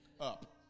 up